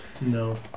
No